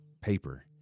paper